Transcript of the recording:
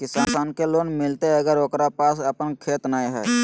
किसान के लोन मिलताय अगर ओकरा पास अपन खेत नय है?